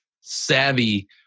savvy